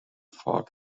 fog